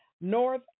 North